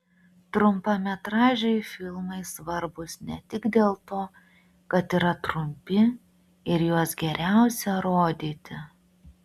trumpametražiai filmai svarbūs ne tik dėl to kad yra trumpi ir juos geriausia rodyti